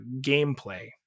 gameplay